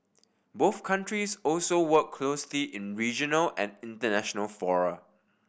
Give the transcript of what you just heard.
both countries also work closely in regional and international fora